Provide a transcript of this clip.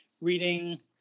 reading